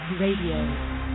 Radio